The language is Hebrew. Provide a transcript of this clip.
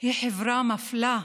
היא חברה מפלה,